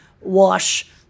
wash